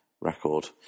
record